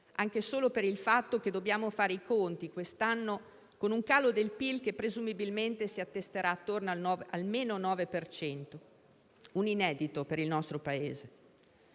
anche solo per il fatto che dobbiamo fare i conti, quest'anno, con un calo del PIL che presumibilmente si attesterà attorno a -9 per cento: un inedito per il nostro Paese.